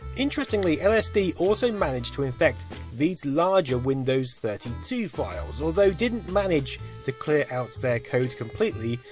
interestingly, lsd also managed to infect these larger windows thirty two files, although didn't manage to clear out their code completely,